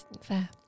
fair